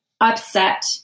upset